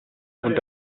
und